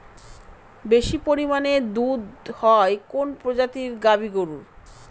বেশি পরিমানে দুধ হয় কোন প্রজাতির গাভি গরুর?